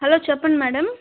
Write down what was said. hello చెప్పండి madam